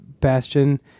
Bastion